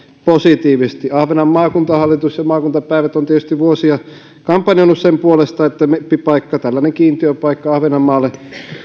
positiivisesti ahvenanmaan maakuntahallitus ja maakuntapäivät ovat tietysti vuosia kampanjoineet sen puolesta että meppipaikka tällainen kiintiöpaikka ahvenanmaalle